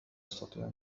أستطيع